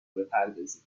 بپردازید